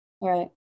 Right